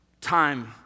time